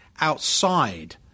outside